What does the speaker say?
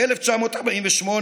ב-1948,